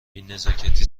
بینزاکتی